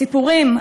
סיפורים,